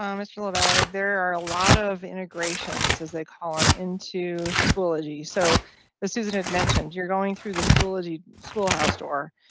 um mr lavalley. there are a lot of integrations as they call him into schoology, so this season had mentioned you're going through the schoology schoolhouse door.